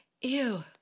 ew